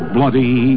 Bloody